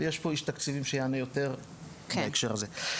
ויש פה איש תקציבים שיענה יותר בהקשר הזה.